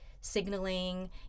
signaling